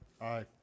Aye